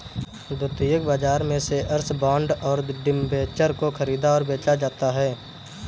द्वितीयक बाजार में शेअर्स, बॉन्ड और डिबेंचर को ख़रीदा और बेचा जाता है